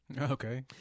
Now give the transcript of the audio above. Okay